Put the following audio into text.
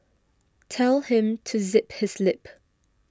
tell him to zip his lip